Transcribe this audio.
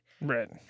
Right